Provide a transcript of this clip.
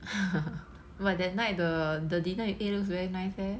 but that night the the dinner you ate looks very nice leh